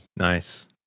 Nice